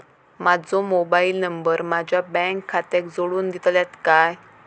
माजो mobile number माझ्या bank खात्याक जोडून दितल्यात काय?